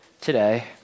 today